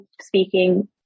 speaking